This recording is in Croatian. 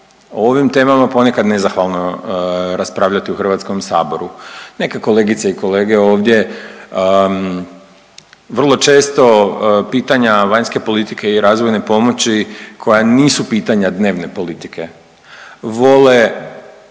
o ovim temama ponekad nezahvalno raspravljati u Hrvatskom saboru. Neka kolegice i kolege ovdje vrlo često pitanja vanjske politike i razvojne pomoći koja nisu pitanja dnevne politike vole